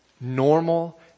normal